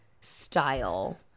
style